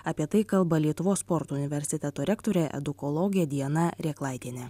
apie tai kalba lietuvos sporto universiteto rektorė edukologė diana rėklaitienė